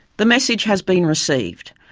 the message has been received.